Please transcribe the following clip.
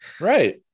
Right